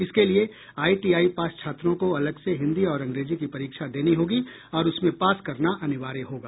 इसके लिये ITI pass छात्रों को अलग से हिन्दी और अंग्रेजी की परीक्षा देनी होगी और उसमें पास करना अनिवार्य होगा